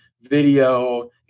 video